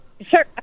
Sure